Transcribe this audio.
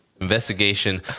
investigation